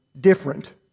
different